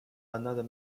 another